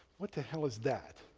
what the hell is that?